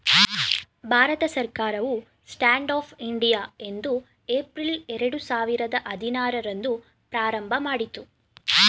ಭಾರತ ಸರ್ಕಾರವು stand up India ಐದು April ಎರಡು ಸಾವಿರದ ಹದಿನಾರು ರಂದು ಪ್ರಾರಂಭಮಾಡಿತು